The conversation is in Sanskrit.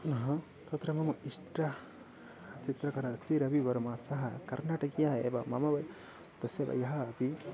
पुनः तत्र मम इष्टः चित्रकारः अस्ति रविवर्मा सः कर्नाटकीयः एव मम वयः तस्य वयः अपि